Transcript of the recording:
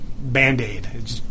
Band-Aid